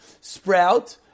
sprout